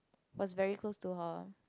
was very close to her